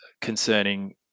concerning